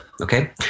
Okay